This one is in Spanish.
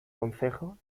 concejo